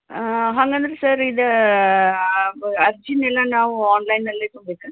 ಹಾಗಾದ್ರೆ ಸರ್ ಇದು ಅರ್ಜಿಯೆಲ್ಲ ನಾವು ಆನ್ಲೈನಲ್ಲಿ ತುಂಬಬೇಕಾ